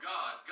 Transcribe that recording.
God